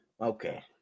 Okay